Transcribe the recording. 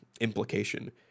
implication